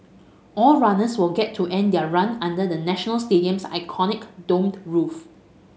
all runners will get to end their run under the National Stadium's iconic domed roof